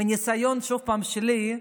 מניסיון שלי,